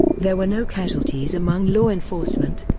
there were no casualties among law enforcement.